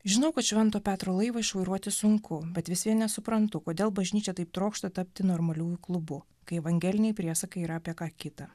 žinau kad švento petro laivą išvairuoti sunku bet vis vien nesuprantu kodėl bažnyčia taip trokšta tapti normaliųjų klubu kai evangeliniai priesakai yra apie ką kita